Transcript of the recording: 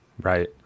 Right